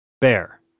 Bear